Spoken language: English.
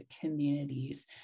communities